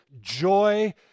joy